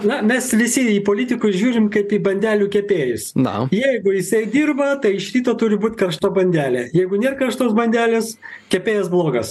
na mes visi į politikus žiūrim kaip į bandelių kepėjus jeigu jisai dirba tai iš ryto turi būt karšta bandelė jeigu nėr karštos bandelės kepėjas blogas